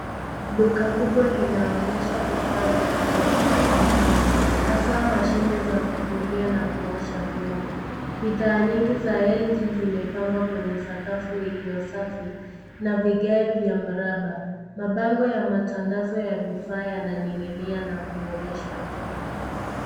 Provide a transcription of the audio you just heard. Duka kubwa linaonyesha vifaa vya kieletroniki hasa mashine za kufulia na kuosha vyombo. Bidhaa nyingi za LG zimepangwa kwenye sakafu iliyosafi na vigae vya mraba. Mabango ya matangazo ya vifaa yananing'inia na kuonyeshwa juu.